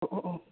ꯑꯣꯍ ꯑꯣ